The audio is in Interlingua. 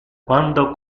quando